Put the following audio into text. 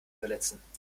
verletzen